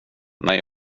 när